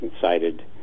cited